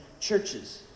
churches